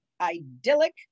idyllic